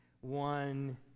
one